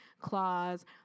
claws